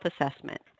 assessment